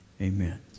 Amen